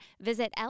visit